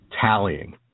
tallying